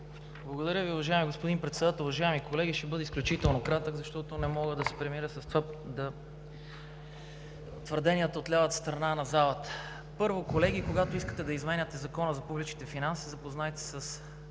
Благодаря Ви, уважаеми господин Председател. Уважаеми колеги, ще бъда изключително кратък, защото не мога да се примиря с това – твърденията от лявата страна на залата. Първо, колеги, когато искате да изменяте Закона за публичните финанси, запознайте се